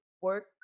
work